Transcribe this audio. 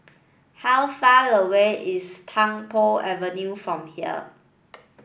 how far away is Tung Po Avenue from here